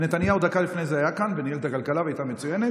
כי נתניהו דקה לפני זה היה כאן וניהל את הכלכלה והיא הייתה מצוינת.